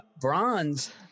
bronze